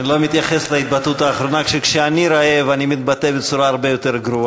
הם אמרו שהם עלו כדי להתסיס.